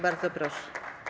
Bardzo proszę.